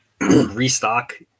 restock